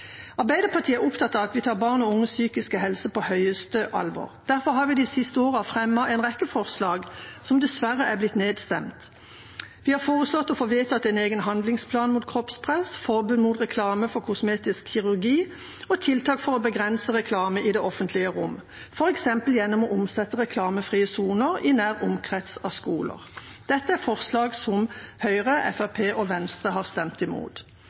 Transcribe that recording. Arbeiderpartiet er opptatt av at vi tar barn og unges psykiske helse på største alvor. Derfor har vi de siste årene fremmet en rekke forslag, som dessverre er blitt nedstemt. Vi har foreslått å få vedtatt en egen handlingsplan mot kroppspress, forbud mot reklame for kosmetisk kirurgi og tiltak for å begrense reklame i det offentlige rom, f.eks. gjennom å opprette reklamefrie soner i nær omkrets av skoler. Dette er forslag som Høyre, Fremskrittspartiet og Venstre har stemt imot.